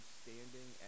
standing